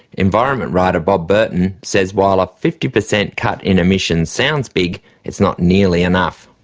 environment writer bob burton says while a fifty percent cut in emissions sounds big, it's not nearly enough.